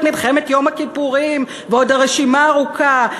את מלחמת יום הכיפורים ועוד הרשימה ארוכה.